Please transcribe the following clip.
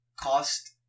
cost